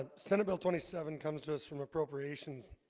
ah senate bill twenty seven comes to us from appropriations